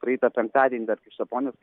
praeitą penktadienį dar krištaponis